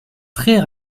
très